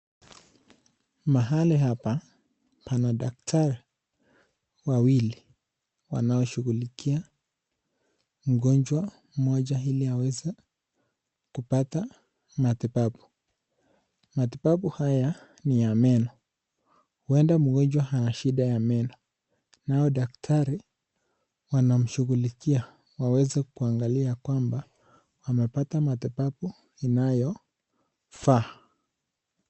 Mahali hapa pana daktari wawili wanaoshughulikia mgonjwa mmoja ili aweze kupata matibabu. Matibabu haya ni ya meno huenda mgonjwa ana shida ya meno nao daktari wanamshughulikia aweze kuangalia kwamba amepata matibaba inayofaa.